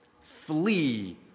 Flee